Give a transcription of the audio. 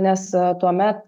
nes tuomet